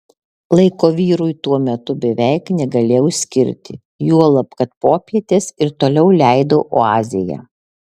laiko vyrui tuo metu beveik negalėjau skirti juolab kad popietes ir toliau leidau oazėje